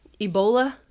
ebola